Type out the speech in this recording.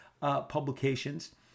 publications